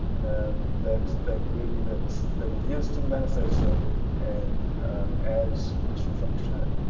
and that that really, that that adheres to the manifesto and adds useful functionality.